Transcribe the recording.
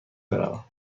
بروم